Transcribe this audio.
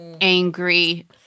angry